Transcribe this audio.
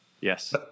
Yes